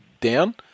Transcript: down